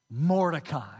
Mordecai